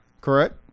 correct